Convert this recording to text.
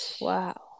Wow